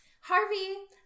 Harvey